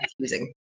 confusing